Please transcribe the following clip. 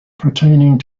pertaining